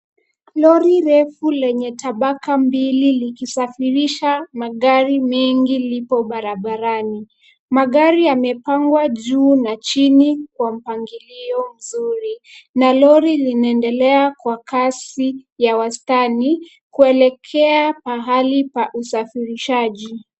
Lori refu lenye tabaka mbili likisafirisha magari mengi lipo barabarani. Magari yamepangwa juu na chini kwa mpangilio mzuri, na lori linaendelea kwa kasi ya wastani kuelekea pahali pa usafirishaji.